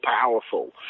powerful